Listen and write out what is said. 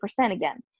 again